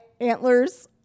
antlers